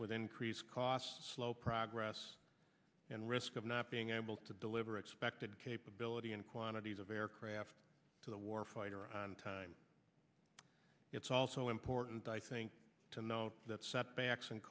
with increased costs slow progress and risk of not being able to deliver expected capability and quantities of aircraft to the war fighter on time it's also important i think to note that setbacks and